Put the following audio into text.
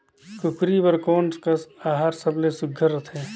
कूकरी बर कोन कस आहार सबले सुघ्घर रथे?